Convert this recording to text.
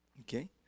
okay